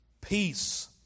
peace